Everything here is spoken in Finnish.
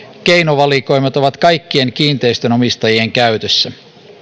keinovalikoimat ovat kaikkien kiinteistönomistajien käytössä